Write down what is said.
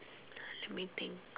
let me think